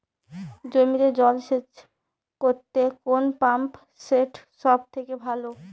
জমিতে জল সেচ করতে কোন পাম্প সেট সব থেকে ভালো?